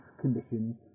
conditions